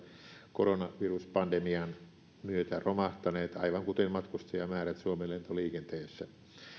koronaviruspandemian myötä romahtaneet aivan kuten matkustajamäärät suomen lentoliikenteessä